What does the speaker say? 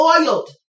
oiled